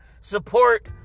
support